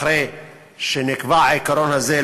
אחרי שנקבע העיקרון הזה,